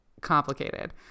complicated